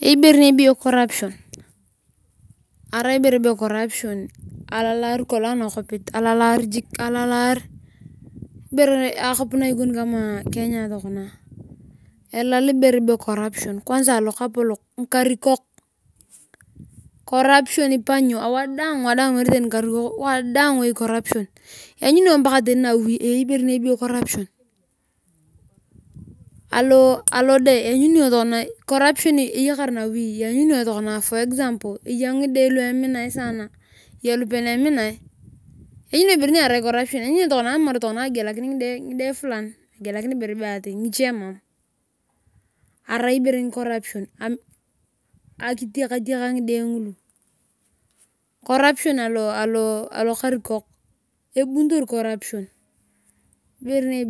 Eyei ibere ebego corruption. arai ibere be corruption alaalaar kolong anakopit akop na ikoni kenya tokona elalal ibere be corruption kwansa ngikapotok corruption ipanyio wadaana meere tani ngikankok make. Lanyuni iyong paka tani nawi eyei ibere nibeyo corruption. Corruptiuon eminion nawi arai aludee eya. Ngide lu eminae akidwan luche. Inyuni amar agidakin ngide fulani ibere be ati ngiche mau arai ibere ngini corruption ataktak ngide ngulu alukarikok ebunitor corruption arai